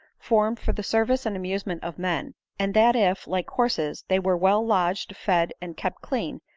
formed for the service and amusement of men and that if, like horses, they were well lodged, fed, and kept clean,